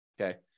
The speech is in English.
okay